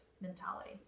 mentality